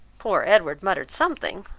poor edward muttered something,